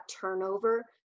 turnover